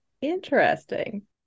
Interesting